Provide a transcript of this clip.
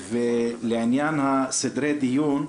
ולעניין סדרי הדיון,